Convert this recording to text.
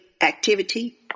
activity